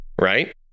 Right